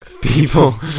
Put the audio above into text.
People